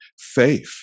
faith